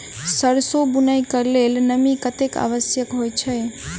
सैरसो बुनय कऽ लेल नमी कतेक आवश्यक होइ छै?